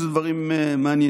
כי אלה דברים מעניינים: